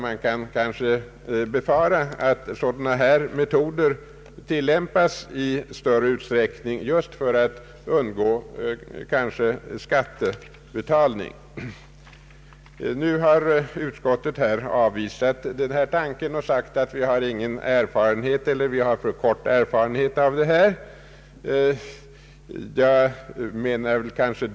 Man kan också befara att sådana här metoder tillämpas i stor utsträckning just för att undgå skattebetalning. Utskottet har avvisat den i motionen framförda tanken och förklarar att vi har för kort erfarenhet av den nya lagen.